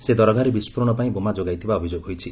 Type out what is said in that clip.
ସେ ଦରଘାରେ ବିସ୍କୋରଣ ପାଇଁ ବୋମା ଯୋଗାଇଥିବା ଅଭିଯୋଗ ହୋଇଛି